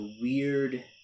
weird